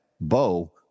Bo